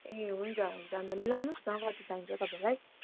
ए हुन्छ हुन्छ अन्त मिलाउनोस् न कति चाइन्छ तपाईँलाई